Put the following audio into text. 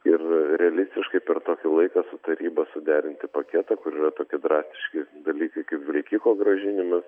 ir realistiškai per tokį laiką su taryba suderinti paketą kur yra tokie drastiški dalykai kaip vilkiko grąžinimas